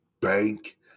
bank